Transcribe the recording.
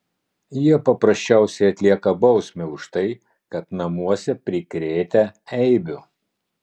jie paprasčiausiai atlieka bausmę už tai kad namuose prikrėtę eibių